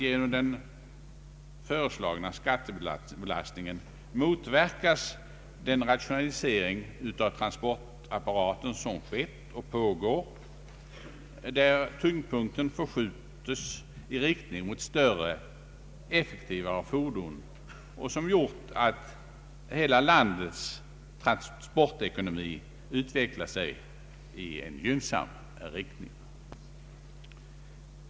Genom den föreslagna skattebelastningen riskerar man att motverka den rationalisering av trafikapparaten som skett och alltjämt pågår, där tyngdpunkten förskjutits i riktning mot större, effektivare fordon och som gjort att hela landets transportekonomi utvecklat sig gynnsamt.